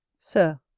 sir